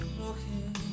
looking